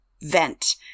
Vent